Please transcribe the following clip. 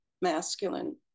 masculine